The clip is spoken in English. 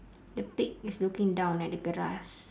the pig is looking down at the grass